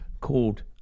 called